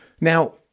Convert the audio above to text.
Now